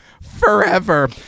forever